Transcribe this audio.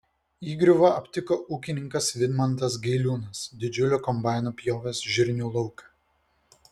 įgriuvą aptiko ūkininkas vidmantas gailiūnas didžiuliu kombainu pjovęs žirnių lauką